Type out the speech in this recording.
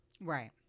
Right